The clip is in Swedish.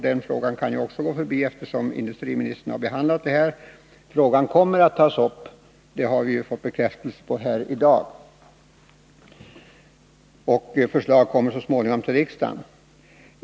Den frågan kan jag också gå förbi, eftersom industriministern behandlat den. Frågan kommer att tas upp — det har vi fått bekräftelse på här i dag. Förslag kommer så småningom att föreläggas riksdagen.